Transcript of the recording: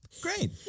Great